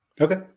Okay